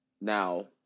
Now